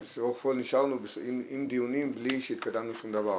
ונשארנו עם דיונים בלי שהתקדמנו בשום דבר